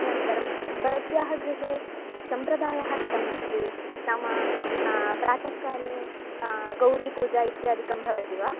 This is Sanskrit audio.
अनन्तरं भवत्याः गृहे सम्प्रदायः कथम् अस्ति नाम प्रातःकाले गौरीपूजा इत्यादिकं भवति वा